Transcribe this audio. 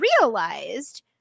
realized